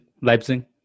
Leipzig